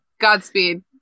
godspeed